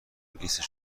لیست